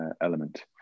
element